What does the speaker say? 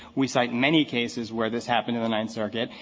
we cite many cases where this happened in the ninth circuit.